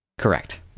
correct